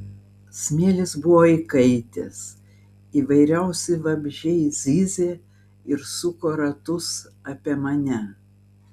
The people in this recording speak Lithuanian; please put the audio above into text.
smėlis buvo įkaitęs įvairiausi vabzdžiai zyzė ir suko ratus apie mane